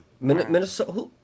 Minnesota